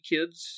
Kids